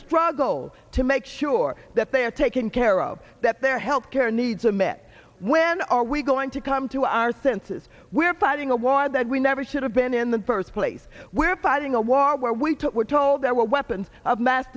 struggle to make sure that they are taken care of that their health care needs are met when are we going to come to our senses we're fighting a war that we never should have been in the first place we're fighting a war where we took we're told there were weapons of mass